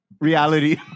reality